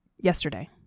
yesterday